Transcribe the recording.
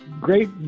great